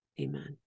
Amen